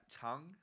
tongue